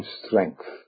strength